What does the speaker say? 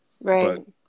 right